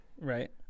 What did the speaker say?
Right